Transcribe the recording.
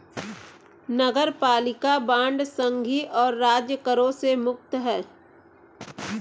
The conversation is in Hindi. नगरपालिका बांड संघीय और राज्य करों से मुक्त हैं